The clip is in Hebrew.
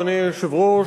אדוני היושב-ראש,